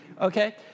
Okay